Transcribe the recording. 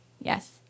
yes